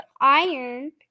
iron